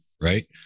right